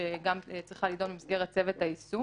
שגם צריכה להידון במסגרת צוות היישום